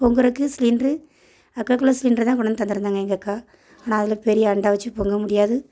பொங்குறதுக்கு cylinder அக்காக்குள்ளே சிலிண்ட்ர்தான் கொண்டு வந்து தந்துருந்தாங்க எங்கள் அக்கா ஆனால் அதில் பெரிய அண்டா வச்சு பொங்க முடியாது